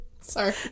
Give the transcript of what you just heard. Sorry